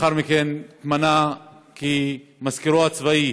לאחר מכן הוא התמנה למזכירו הצבאי